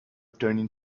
turning